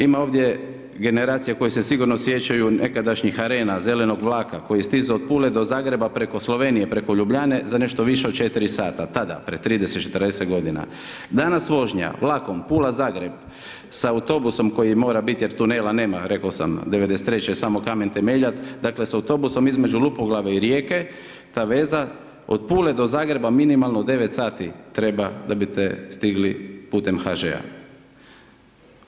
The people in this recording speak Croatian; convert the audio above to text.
Ima ovdje generacija, koje se sigurno sjećaju nekadašnjih arena, zelenog vlaka, koji je stizao od Pule do Zagreba preko Slovenije, preko Ljubljane za nešto više od 4 sata, tada pred 30, 40 g. Danas vožnja vlakom Pula Zagreb, sa autobusom koji mora biti, jer tunela nema, rekao sam, '93. je samo kamen temeljac, dakle, s autobusom između Lupoglave i Rijeke, ta veza, od Pule do Zagreba minimalno 9 sati, treba da biste stigli putem HŽ-a.